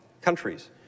countries